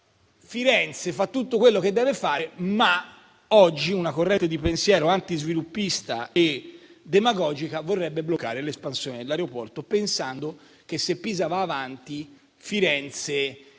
Firenze fa tutto quello che deve fare, ma oggi una corrente di pensiero antisviluppista e demagogica vorrebbe bloccare l'espansione dell'aeroporto, pensando che se Pisa va avanti, Firenze